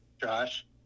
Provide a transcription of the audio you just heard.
Josh